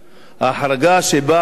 החרגה שבאה